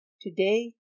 Today